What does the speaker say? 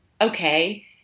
okay